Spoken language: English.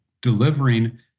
delivering